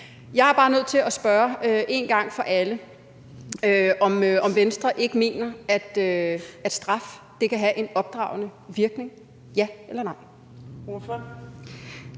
Jeg er bare nødt til at spørge én gang for alle, om Venstre ikke mener, at straf kan have en opdragende virkning. Ja eller nej.